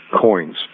coins